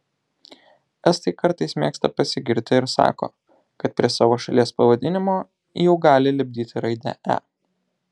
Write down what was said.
estai kartais mėgsta pasigirti ir sako kad prie savo šalies pavadinimo jau gali lipdyti raidę e